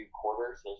quarters